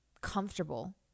comfortable